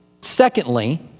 Secondly